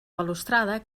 balustrada